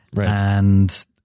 And-